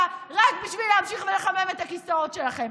רק בשביל להמשיך ולחמם את הכיסאות שלכם.